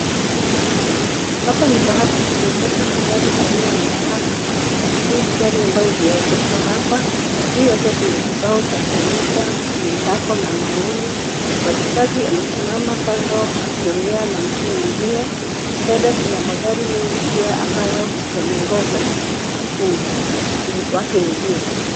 Hapa ni pahali pa kuegesha magari aina ya matatu. Hii ni gari ambayo iliengeshwa hapa. Juu yake kuna kibao cha kuonyesha iendako na nauli. Mfanyikazi amesimama kando akiongea na mtu mwingine. Mbele kuna magari mengi ambayo yamengingoja watu waingie.